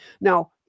Now